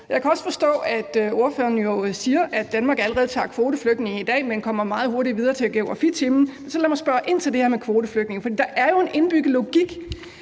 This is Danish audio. Jeg kan også forstå, at ordføreren siger, at Danmark allerede tager kvoteflygtninge i dag, men han kommer meget hurtigt videre til geografitimen. Men så lad mig spørge ind til det her med kvoteflygtninge. Der er jo en indbygget logik